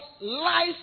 life